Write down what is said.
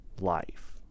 life